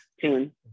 tune